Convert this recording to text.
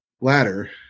ladder